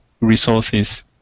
resources